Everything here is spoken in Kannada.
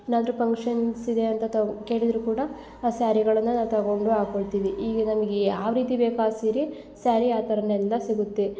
ಏನಾದರು ಫಂಕ್ಷನ್ಸ್ ಇದೆ ಅಂತ ತಗ್ ಕೇಳಿದರು ಕೂಡ ಆ ಸ್ಯಾರಿಗಳನ್ನ ನಾವು ತಗೊಂಡು ಹಾಕೊಳ್ತೀವಿ ಈಗ ನಮಗೆ ಯಾವ ರೀತಿ ಬೇಕು ಆ ಸೀರಿ ಸ್ಯಾರಿ ಆ ಥರನೆಲ್ಲ ಸಿಗುತ್ತೆ